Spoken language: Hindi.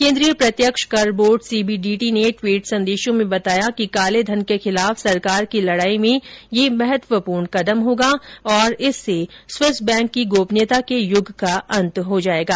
केंद्रीय प्रत्यक्ष कर बोर्ड सीबीडीटी ने टवीट संदेशों में बताया कि काले धन के खिलाफ सरकार की लड़ाई में यह महत्वपूर्ण कदम होगा और इससे स्विस बैंक की गोपनीयता के युग का अंत हो जायेगा